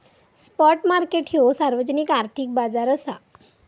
spot market ह्यो सार्वजनिक आर्थिक बाजार असा